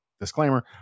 disclaimer